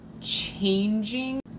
changing